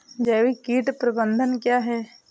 जैविक कीट प्रबंधन क्या है?